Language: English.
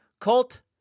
Colt